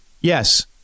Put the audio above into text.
Yes